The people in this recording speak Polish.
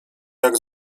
jak